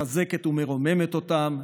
מחזקת ומרוממת אותם,